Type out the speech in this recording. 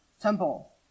temple